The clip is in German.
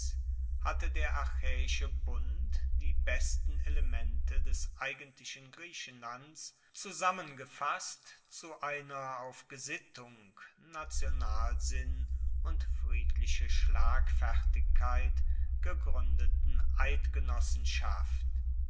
hatte der achaeische bund die besten elemente des eigentlichen griechenlands zusammengefasst zu einer auf gesittung nationalsinn und friedliche schlagfertigkeit gegruendeten eidgenossenschaft